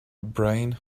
brain